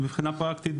מבחינה פרקטית,